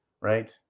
right